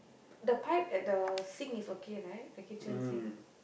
the pipe at the sink is okay right the kitchen sink